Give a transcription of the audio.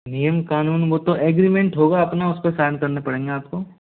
नियम कानून वो तो ऐग्रीमेंट होगा अपना उसपे साइन करने पड़ेंगे आपको